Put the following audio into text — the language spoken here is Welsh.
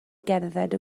gerdded